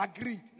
agreed